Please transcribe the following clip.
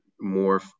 more